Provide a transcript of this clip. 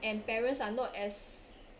and parents are not as